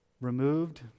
removed